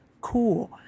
Cool